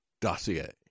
dossier